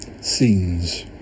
scenes